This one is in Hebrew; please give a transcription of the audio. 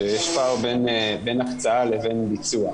שיש פער בין הקצאה לבין ביצוע.